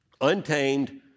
untamed